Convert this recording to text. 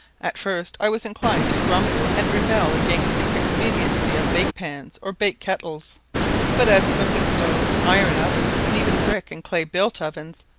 at first i was inclined to grumble and rebel against the expediency of bake-pans or bake-kettles but as cooking-stoves, iron ovens, and even brick and clay-built ovens,